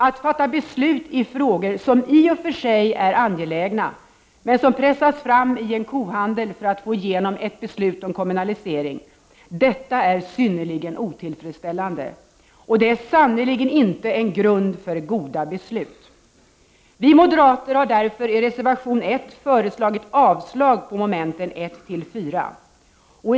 Att fatta beslut i frågor som i och för sig är angelägna, men som pressas fram i en kohandel för att få igenom ett beslut om kommunalisering, är synnerligen otillfresställande. Det är sannerligen inte en grund för goda beslut. Vi moderater har därför i reservation 1 föreslagit avslag på mom. 14.